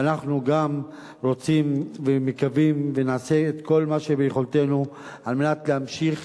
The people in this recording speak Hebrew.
ואנחנו גם רוצים ומקווים ונעשה את כל מה שביכולתנו כדי להמשיך